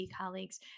colleagues